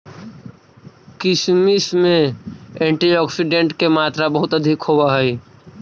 किशमिश में एंटीऑक्सीडेंट के मात्रा बहुत अधिक होवऽ हइ